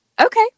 okay